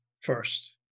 first